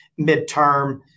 midterm